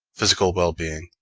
physical well-being.